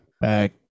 back